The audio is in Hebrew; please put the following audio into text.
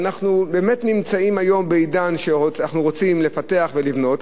ואנחנו באמת נמצאים היום בעידן שאנחנו רוצים לפתח ולבנות,